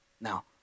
Now